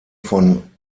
von